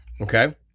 Okay